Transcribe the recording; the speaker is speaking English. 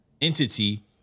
entity